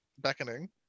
beckoning